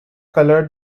colored